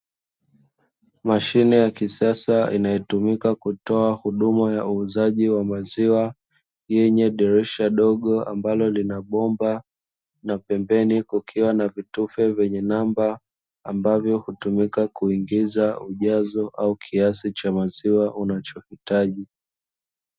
Mashine ya kisasa inayotumika kutoa huduma ya uuzaji wa maziwa, yenye dirisha dogo ambalo lina bomba, na pembeni kukiwa na vitufe vyenye namba ambavyo hutumika kuingiza ujazo au kiasi cha maziwa unachohitaji.